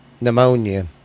pneumonia